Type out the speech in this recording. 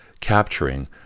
capturing